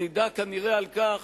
מעידה כנראה על כך